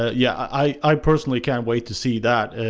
yeah i personally can't wait to see that!